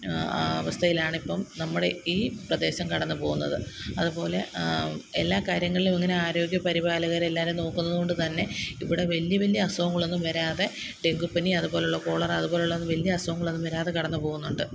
അവസ്ഥയിലാണിപ്പം നമ്മുടെ ഈ പ്രദേശം കടന്നു പോകുന്നത് അതുപോലെ എല്ലാ കാര്യങ്ങളിലും ഇങ്ങനെ ആരോഗ്യ പരിപാലകരെയെല്ലാരും നോക്കുന്നതുകൊണ്ടു തന്നെ ഇവിടെ വലിയ വലിയ അസുഖങ്ങളൊന്നും വരാതെ ഡെങ്കുപ്പനി അതുപോലെ കോളറ അതുപോലെ വലിയ അസുഖങ്ങളൊന്നും വരാതെ കടന്നു പോകുന്നുണ്ട്